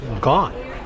gone